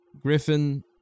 Griffin